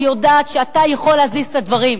אני יודעת שאתה יכול להזיז את הדברים.